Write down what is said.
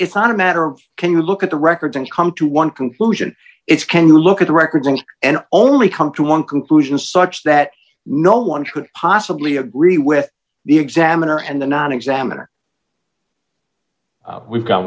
it's not a matter of can you look at the records and come to one conclusion it's can you look at the records and and only come to one conclusion such that no one should possibly agree with the examiner and the non examiner we've gone